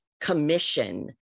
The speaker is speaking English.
Commission